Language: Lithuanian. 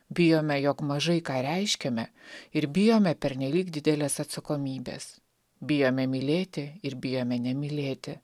bijome jog mažai ką reiškiame ir bijome pernelyg didelės atsakomybės bijome mylėti ir bijome nemylėti